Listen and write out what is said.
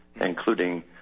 including